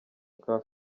car